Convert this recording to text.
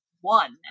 one